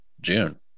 june